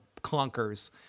clunkers